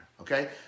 Okay